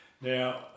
Now